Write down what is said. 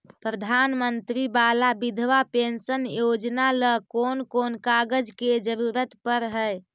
प्रधानमंत्री बाला बिधवा पेंसन योजना ल कोन कोन कागज के जरुरत पड़ है?